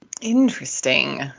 Interesting